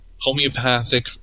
homeopathic